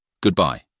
Goodbye